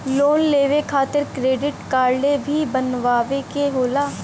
Loan लेवे खातिर credit काडे भी बनवावे के होला?